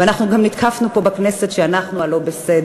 ואנחנו גם הותקפנו, פה בכנסת, שאנחנו הלא-בסדר.